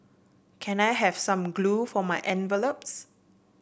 can I have some glue for my envelopes